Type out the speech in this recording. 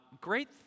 great